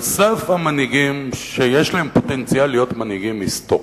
על סף המנהיגים שיש להם פוטנציאל להיות מנהיגים היסטוריים,